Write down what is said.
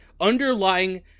underlying